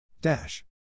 Dash